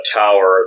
tower